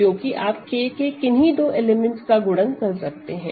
क्योंकि आप K के किन्हीं दो एलिमेंट्स का गुणन कर सकते हैं